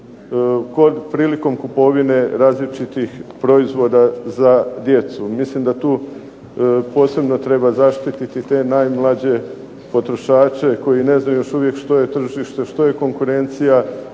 prilikom kupovine različitih proizvoda za djecu. Mislim da tu treba posebno zaštiti te najmlađe potrošače, koji ne znaju još uvijek što je tržište, što je konkurencija